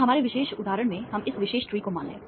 तो हमारे विशेष उदाहरण में हम इस विशेष ट्री को मान लें